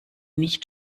nicht